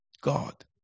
God